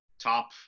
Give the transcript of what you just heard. Top